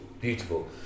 Beautiful